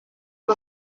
ubu